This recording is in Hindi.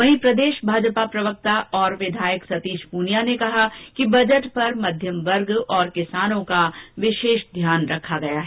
वहीं प्रदेश भाजपा प्रवक्ता और विधायक सतीश पूनिया ने कहा कि बजट पर मध्यम वर्ग और किसानों का विशेष ध्यान रखा गया है